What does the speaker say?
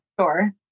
sure